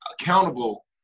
accountable